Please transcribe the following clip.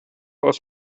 aus